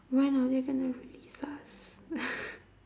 when are they gonna release us